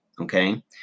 Okay